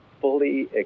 fully